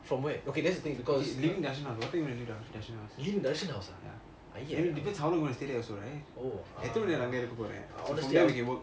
nationals nationals because how long youwant to stay there also right